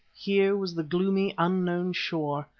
here was the gloomy, unknown shore.